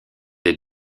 des